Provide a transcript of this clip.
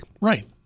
Right